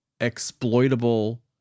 exploitable